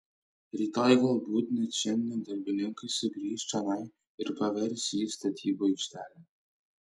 rytoj galbūt net šiandien darbininkai sugrįš čionai ir pavers jį statybų aikštele